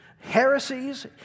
heresies